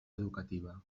educativa